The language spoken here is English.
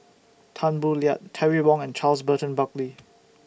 Tan Boo Liat Terry Wong and Charles Burton Buckley